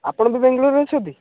ଆପଣ ବି ବାଙ୍ଗଲୋରରେ ଅଛନ୍ତି